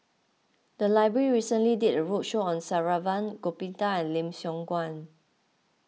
the library recently did a roadshow on Saravanan Gopinathan and Lim Siong Guan